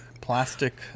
Plastic